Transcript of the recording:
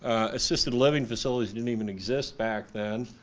assisted living facilities didn't even exist back then.